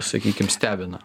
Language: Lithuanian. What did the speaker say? sakykim stebina